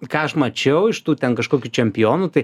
ką aš mačiau iš tų ten kažkokių čempionų tai